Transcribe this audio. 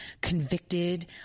convicted